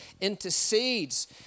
intercedes